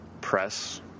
press